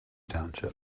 township